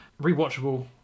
Rewatchable